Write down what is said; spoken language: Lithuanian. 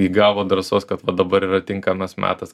įgavo drąsos kad va dabar yra tinkamas metas